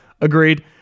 agreed